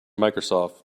microsoft